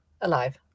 alive